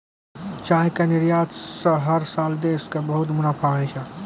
चाय के निर्यात स हर साल देश कॅ बहुत मुनाफा होय छै